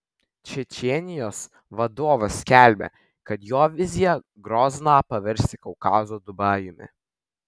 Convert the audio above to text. čečėnijos vadovas skelbia kad jo vizija grozną paversti kaukazo dubajumi